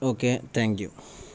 okay thank you